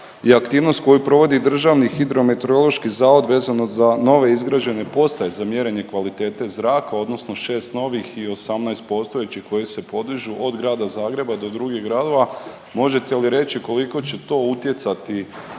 aktivnost koju provodi DHMZ vezano za nove izgrađene postaje za mjerenje kvalitete zraka odnosno šest novih i 18 postojećih koje se podižu od Grada Zagreba do drugih gradova. Možete li reći koliko će to utjecati